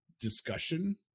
discussion